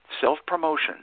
Self-promotion